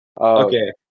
Okay